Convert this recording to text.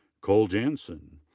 cole janssen.